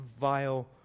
vile